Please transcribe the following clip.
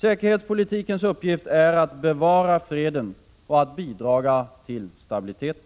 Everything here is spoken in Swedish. Säkerhetspolitikens uppgift är att bevara freden och att bidra till stabiliteten.